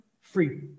free